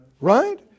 Right